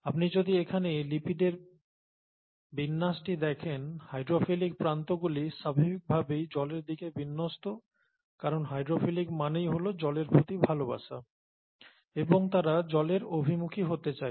আপনি যদি এখানে লিপিডের বিন্যাসটি দেখেন হাইড্রোফিলিক প্রান্তগুলি স্বাভাবিকভাবেই জলের দিকে বিন্যস্ত কারণ হাইড্রোফিলিক মানেই হল জলের প্রতি ভালোবাসা এবং তারা জলের অভিমুখী হতে চায়